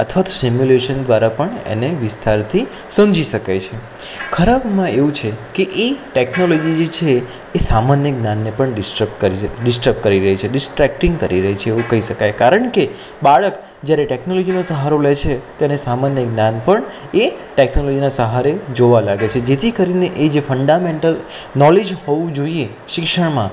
અથવા તો સિમ્યુલેશન દ્વારા પણ એને વિસ્તારથી સમજી શકાય છે ખરાબમાં એવું છે કે એ ટેક્નોલોજી જે છે એ સામાન્ય જ્ઞાનને પણ ડિસ્ટર્પ કરે છે ડિસ્ટર્બ કરી રહ્યું છે ડિસ્ટ્રેક્ટિંગ કરી રહ્યું છે કારણ કે બાળક જ્યારે ટેક્નોલોજીનો સહારો લે છે તેને સામાન્ય જ્ઞાન પણ એ ટેક્નોલોજીના સહારે જોવા લાગે છે જેથી કરીને એ જે ફંડામેન્ટલ નોલેજ હોવું જોઈએ શિક્ષણમાં